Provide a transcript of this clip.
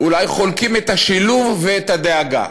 אולי חולקים את השילוב ואת הדאגה